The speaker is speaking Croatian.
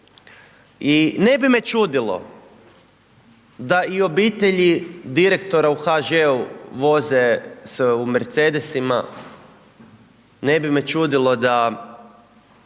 I ne bi me čudilo da i obitelji direktora u HŽ-u voze se u Mercedesima, ne bi me čudilo da